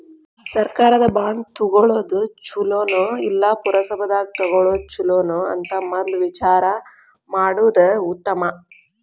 ಸರ್ಕಾರದ ಬಾಂಡ ತುಗೊಳುದ ಚುಲೊನೊ, ಇಲ್ಲಾ ಪುರಸಭಾದಾಗ ತಗೊಳೊದ ಚುಲೊನೊ ಅಂತ ಮದ್ಲ ವಿಚಾರಾ ಮಾಡುದ ಉತ್ತಮಾ